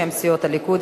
בשם סיעות הליכוד,